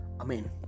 Amen